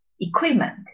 equipment